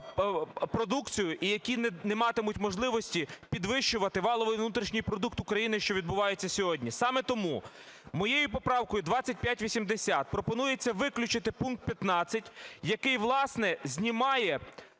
продукцію і які не матимуть можливості підвищувати валовий внутрішній продукт України, що відбувається сьогодні. Саме тому моєю поправкою 2580 пропонується виключити пункт 15, який, власне, знімає